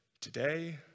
today